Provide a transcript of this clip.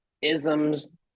isms